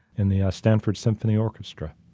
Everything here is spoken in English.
in the stanford symphony orchestra.